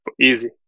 Easy